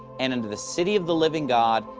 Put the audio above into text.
and unto the city of the living god,